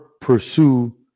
pursue